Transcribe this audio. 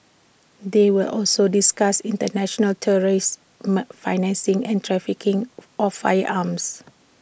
they will also discuss International terrorist my financing and trafficking of firearms